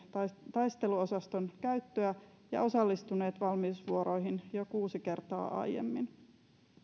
taisteluosaston käyttöä ja osallistuneet valmiusvuoroihin jo kuusi kertaa aiemmin